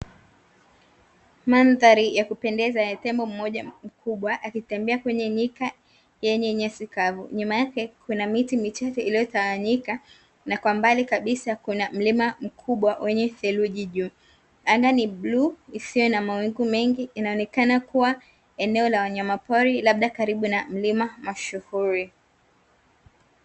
Mandhari ya kupendeza yenye tembo mmoja mkubwa, akitembea kwenye nyika yenye nyasi kavu. Nyuma yake kuna miti michache iliyotawanyika, na kwa mbali kabisa kuna mlima mkubwa wenye theluji juu. Anga ni bluu isiyo na mawingu mengi, inaonekana kuwa eneo la wanyama pori labda karibu na mlima mashuhuri.